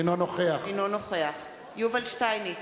אינו נוכח יובל שטייניץ,